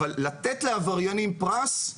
אבל לתת לעבריינים פרס,